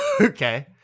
Okay